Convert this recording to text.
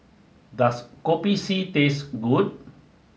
does Kopi C taste good